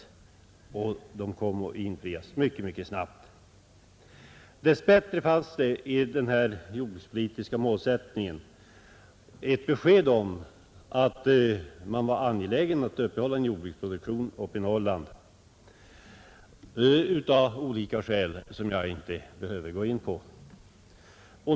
Dess bättre fanns det i den här jordbrukspolitiska målsättningen ett besked om att man var angelägen att uppehålla en jordbruksproduktion uppe i Norrland av olika skäl som jag inte behöver gå in på.